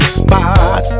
spot